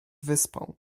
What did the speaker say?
wyspą